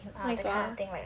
oh my god